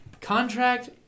Contract